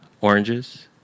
oranges